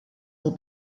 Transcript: mhu